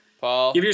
Paul